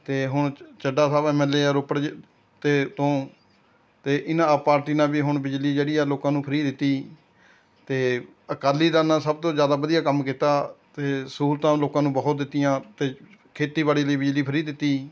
ਅਤੇ ਹੁਣ ਚੱਢਾ ਸਾਹਿਬ ਐਮ ਐਲ ਏ ਹੈ ਰੋਪੜ 'ਚ ਤੇ ਤੋਂ ਅਤੇ ਇਹਨਾਂ ਆਪ ਪਾਰਟੀ ਨੇ ਵੀ ਹੁਣ ਬਿਜਲੀ ਜਿਹੜੀ ਹੈ ਲੋਕਾਂ ਨੂੰ ਫ਼ਰੀ ਦਿੱਤੀ ਅਤੇ ਅਕਾਲੀ ਦਲ ਨੇ ਸਭ ਤੋਂ ਜ਼ਿਆਦਾ ਵਧੀਆ ਕੰਮ ਕੀਤਾ ਅਤੇ ਸਹੂਲਤਾਂ ਲੋਕਾਂ ਨੂੰ ਬਹੁਤ ਦਿੱਤੀਆਂ ਅਤੇ ਖੇਤੀਬਾੜੀ ਲਈ ਬਿਜਲੀ ਫ਼ਰੀ ਦਿੱਤੀ